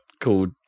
called